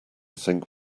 think